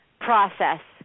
process